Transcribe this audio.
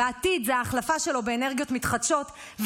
והעתיד זה ההחלפה שלו באנרגיות מתחדשות,